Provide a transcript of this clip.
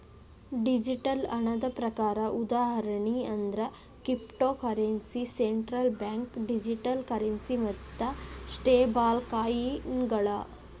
digital ಹಣದ ಪ್ರಕಾರ ಉದಾಹರಣಿ ಅಂದ್ರ cryptocurrency, central bank digital currency ಮತ್ತ ಸ್ಟೇಬಲ್ಕಾಯಿನ್ಗಳ